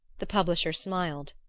the publisher smiled.